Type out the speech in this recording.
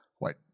wait